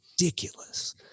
ridiculous